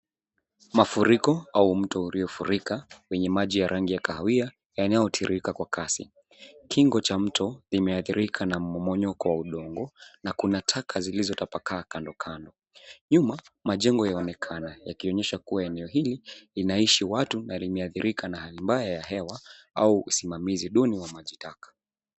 Mafuriko au mto uliofurika wenye maji ya rangi ya kahawia yanayotirirka kwa kasi. Kingo cha mto limeadhirika na mmomonyoko wa udongo na kuna taka zilizotapakaa kando kando. Nyuma majengo yaonekana yakionyesha kuwa eneo hili inaishi watu na limeadhirika na hali mbaya ya hewa au usimamizi duni wa majitaka.